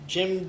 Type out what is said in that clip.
Jim